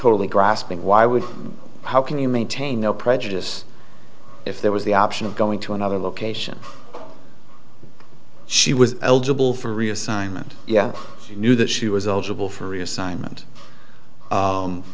totally grasping why would you maintain no prejudice if there was the option of going to another location she was eligible for reassignment she knew that she was eligible for